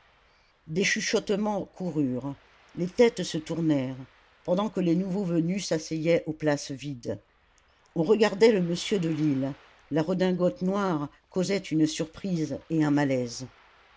des chuchotements coururent les têtes se tournèrent pendant que les nouveaux venus s'asseyaient aux places vides on regardait le monsieur de lille la redingote noire causait une surprise et un malaise